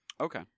Okay